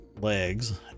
legs